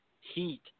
heat